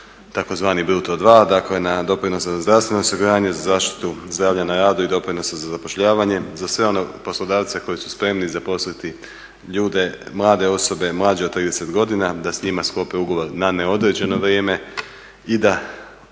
tzv. bruto 2, dakle na doprinose za zdravstveno osiguranje, za zaštitu zdravlja na radu i doprinose za zapošljavanje, za sve one poslodavce koji su spremni zaposliti ljude, mlade osobe, mlađe od 30 godina da s njima sklope ugovor na neodređeno vrijeme i da